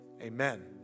amen